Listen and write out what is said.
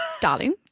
Darling